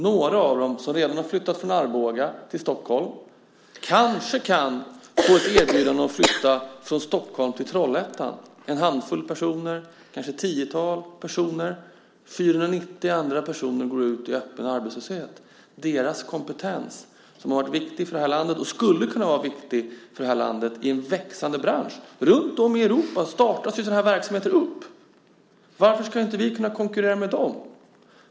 Några av dem som redan har flyttat från Arboga till Stockholm kan kanske få ett erbjudande om att flytta från Stockholm till Trollhättan - en handfull personer, kanske ett tiotal personer. 490 andra personer går ut i öppen arbetslöshet. Deras kompetens har varit viktig för det här landet och skulle kunna vara viktig för landet i en växande bransch. Runtom i Europa startas ju sådana här verksamheter upp. Varför skulle inte vi inte konkurrera med dem?